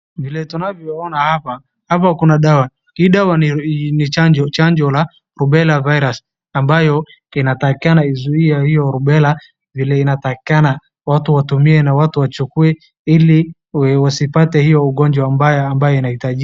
Vile tunavyoona hapa, hapa kuna dawa, hii dawa ni chanjo. Chanjo la rubella virus ambayo inatakikana izuie hiyo rubela vile inatakikana, watu watumie na wachukue ili wasipate hiyo ugonjwa mbaya ambayo inahitajika.